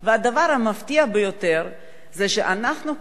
הדבר המפתיע ביותר הוא שאנחנו כאן,